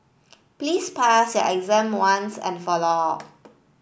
please pass your exam once and for all